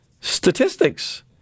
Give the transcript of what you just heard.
statistics